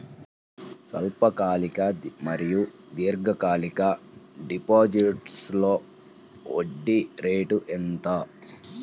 స్వల్పకాలిక మరియు దీర్ఘకాలిక డిపోజిట్స్లో వడ్డీ రేటు ఎంత?